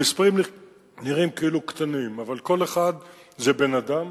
המספרים נראים כאילו קטנים, אבל כל אחד זה בן-אדם,